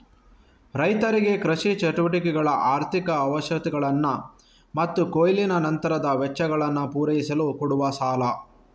ರೈತರಿಗೆ ಕೃಷಿ ಚಟುವಟಿಕೆಗಳ ಆರ್ಥಿಕ ಅವಶ್ಯಕತೆಗಳನ್ನ ಮತ್ತು ಕೊಯ್ಲಿನ ನಂತರದ ವೆಚ್ಚಗಳನ್ನ ಪೂರೈಸಲು ಕೊಡುವ ಸಾಲ